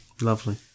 lovely